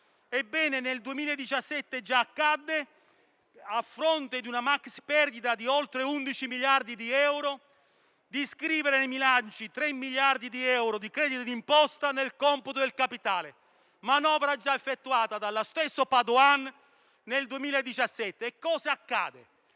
Ebbene, nel 2017 già accadde, a fronte di una maxiperdita di oltre 11 miliardi di euro, di iscrivere nei bilanci 3 miliardi di euro di credito di imposta nel computo del capitale. Tale manovra è già stata effettuata dallo stesso Padoan nel 2017. Accadde